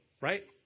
Right